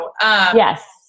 Yes